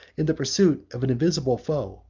in the pursuit of an invisible foe,